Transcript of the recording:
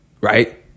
right